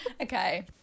Okay